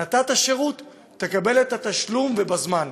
נתת שירות, תקבל את התשלום, ובזמן,